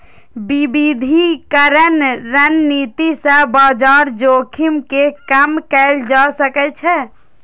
विविधीकरण रणनीति सं बाजार जोखिम कें कम कैल जा सकै छै